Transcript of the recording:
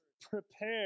prepare